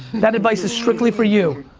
that advice is strictly for you.